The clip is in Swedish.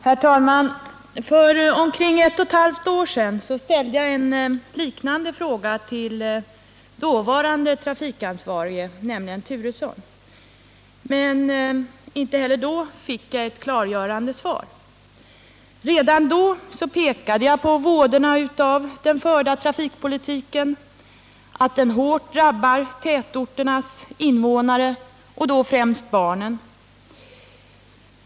Herr talman! För omkring ett och ett halvt år sedan ställde jag en liknand2 fråga till den dåvarande trafikansvarige, herr Turesson, men inte heller då fick jag ett klargörande svar. Redan vid det tillfället pekade jag på vådorna av den förda trafikpolitiken — att den hårt drabbar tätorternas invånare och då främst barnen.